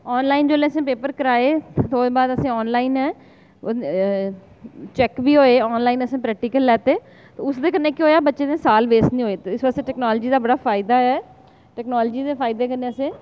online जेल्लै असें paper कराए ते ओह्दे बाद असें ऑनलाइन गै चैक्क बी होए ऑनलाइन असें प्रैक्टिकल लैते ते उसदे कन्नै केह् होआ कि बच्चे दे साल वेस्ट निं होए ते इस वास्तै टेक्नोलॉजी दा बड़ा फायदा ऐ टेक्नोलॉजी दे फायदे कन्नै असें